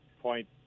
point